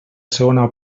segona